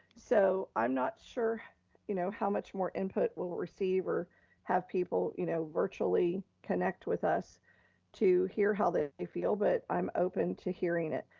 so i'm not sure you know how much more input we'll receive or have people you know virtually connect with us to hear how they they feel, but i'm open to hearing it.